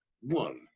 one